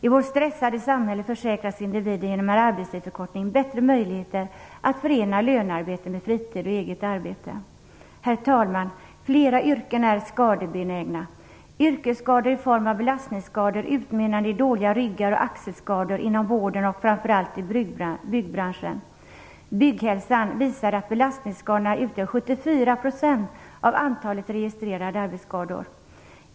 I vår stressade samhälle försäkras individen genom en arbetstidsförkortning bättre möjligheter att förena lönearbete med fritid och eget arbete. Herr talman! Flera yrken är skadebenägna. Yrkesskador i form av belastningsskador utmynnande i dåliga ryggar och axelskador finns inom vården och framför allt i byggbranschen. Bygghälsan visar att belastningsskadorna utgör 74 % av antalet registrerade arbetsskador.